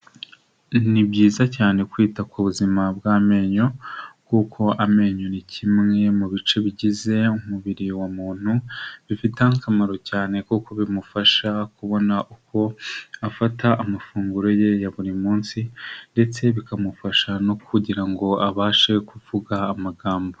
Ni byiza cyane kwita ku buzima bw'amenyo kuko amenyo ni kimwe mu bice bigize umubiri wa muntu, bifite akamaro cyane kuko bimufasha kubona uko afata amafunguro ye ya buri munsi ndetse bikamufasha no kugira ngo abashe kuvuga amagambo.